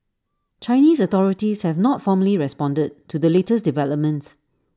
Chinese authorities have not formally responded to the latest developments